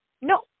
No